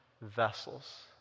vessels